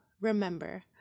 remember